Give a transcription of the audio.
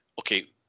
okay